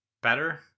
better